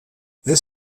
this